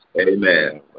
Amen